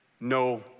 no